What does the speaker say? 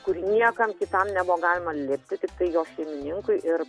kur niekam kitam nebuvo galima lipti tiktai jo šeimininkui ir